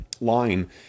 line